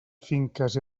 finques